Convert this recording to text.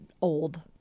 old